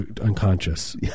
unconscious